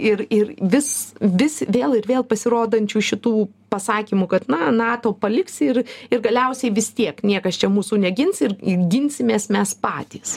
ir ir vis vis vėl ir vėl pasirodančių šitų pasakymų kad na nato paliks ir ir galiausiai vis tiek niekas čia mūsų negins ir ginsimės mes patys